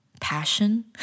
passion